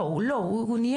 לא, הוא לא, הוא נייר.